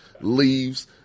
leaves